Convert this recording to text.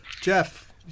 Jeff